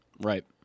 Right